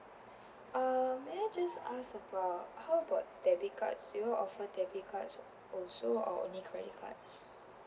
err may I just ask about how about debit cards do you all offer debit cards also or only credit cards